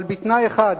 אבל בתנאי אחד,